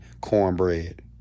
cornbread